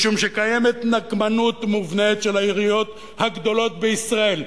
משום שיש נקמנות מובנת של העיריות הגדולות בישראל,